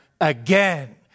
again